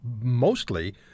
mostly